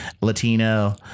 Latino